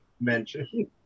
mention